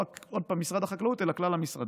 עוד פעם, לא רק משרד החקלאות אלא כלל המשרדים.